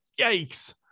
Yikes